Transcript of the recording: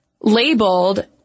labeled